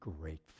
grateful